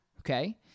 okay